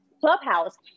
Clubhouse